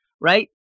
right